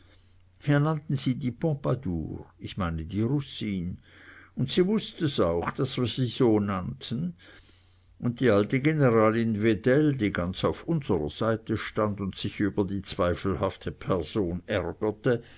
nannten sie die pompadour ich meine die russin und sie wußt es auch daß wir sie so nannten und die alte generalin wedell die ganz auf unsrer seite stand und sich über die zweifelhafte person ärgerte